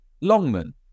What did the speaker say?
Longman